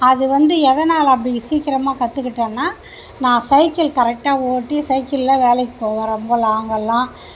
அதுவந்து எதனால் அப்படி சீக்கிரமாக கற்றுக்கிட்டோம்னா நான் சைக்கிள் கரெக்டாக ஓட்டி சைக்கிளில் வேலைக்கு போவேன் ரொம்ப லாங்கெல்லாம்